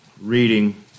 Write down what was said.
reading